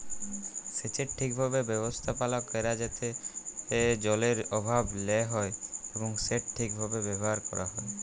সেচের ঠিকভাবে ব্যবস্থাপালা ক্যরা যাতে জলের অভাব লা হ্যয় এবং সেট ঠিকভাবে ব্যাভার ক্যরা হ্যয়